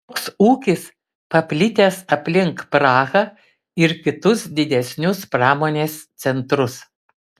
toks ūkis paplitęs aplink prahą ir kitus didesnius pramonės centrus